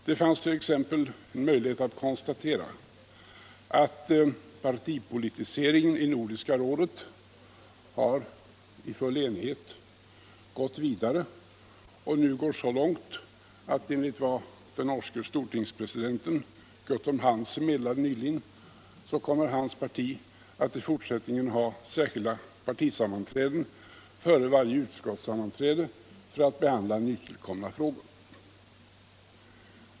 Det fanns t.ex. en möjlighet att konstatera att man, i full enighet, fört partipolitiseringen i Nordiska rådet vidare och att den nu går så långt att — enligt vad den norske stortingspresidenten Guttorm Hansen meddelade nyligen — hans parti i fortsättningen kommer att ha särskilda partimöten före varje utskotts sammanträde för att behandla nytillkomna frågor.